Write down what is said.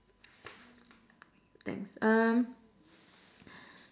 thanks um